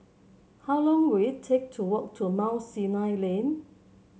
how long will it take to walk to Mount Sinai Lane